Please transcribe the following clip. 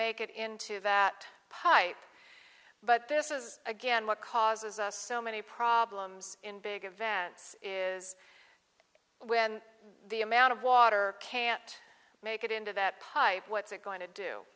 make it into that pipe but this is again what causes us so many problems in big advance is when the amount of water can't make it into that pipe what's it going to do